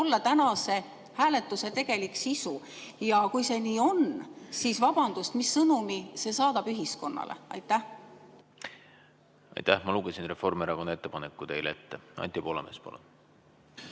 olla tänase hääletuse tegelik sisu ja kui see nii on, siis vabandust, mis sõnumi see saadab ühiskonnale? Aitäh! Ma lugesin Reformierakonna ettepaneku teile ette. Anti Poolamets, palun!